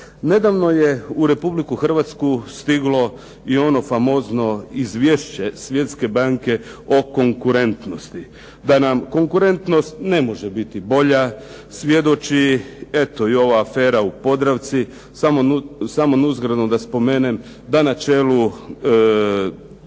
Nedavno je u Republiku Hrvatsku stiglo i ono famozno izvješće Svjetske banke o konkurentnosti, da nam konkurentnost ne može biti bolja svjedoči eto i ova afera u "Podravci". Samo nuzgredno da spomenem da na čelu